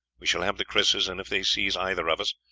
we shall have the krises, and if they seize either of us,